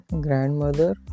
grandmother